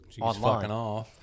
online